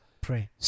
pray